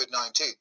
COVID-19